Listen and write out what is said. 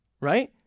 right